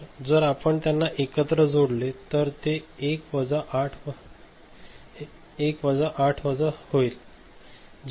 तर जर आपण त्यांना एकत्र जोडले तर ते 1 वजा 8 वजा होईल